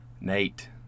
Nate